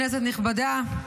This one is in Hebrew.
כנסת נכבדה,